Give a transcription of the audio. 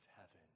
heaven